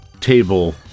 table